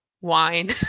wine